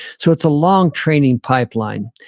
so it's a long training pipeline.